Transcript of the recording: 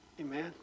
Amen